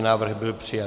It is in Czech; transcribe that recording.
Návrh byl přijat.